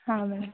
ಹಾಂ ಮೇಡಮ್